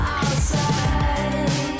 outside